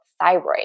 thyroid